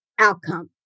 outcome